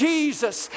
Jesus